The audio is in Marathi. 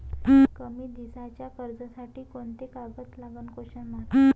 कमी दिसाच्या कर्जासाठी कोंते कागद लागन?